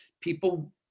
people